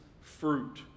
fruit